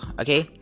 okay